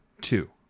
two